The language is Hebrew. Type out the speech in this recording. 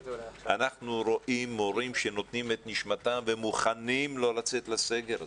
אנחנו רואים מורים שנותנים את נשמתם ומוכנים לא לצאת לסגר הזה.